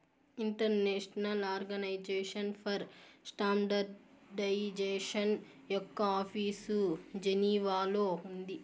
international organization for standardization యొక్క office జెనీవాలో ఉంది